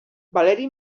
valeri